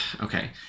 okay